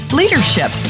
leadership